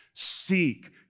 Seek